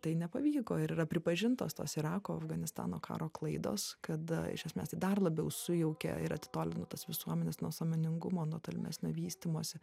tai nepavyko ir yra pripažintos tos irako afganistano karo klaidos kada nes tai dar labiau sujaukė ir atitolino tas visuomenes nuo sąmoningumo nuo tolimesnio vystymosi